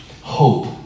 hope